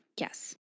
Yes